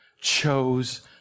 chose